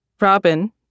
Robin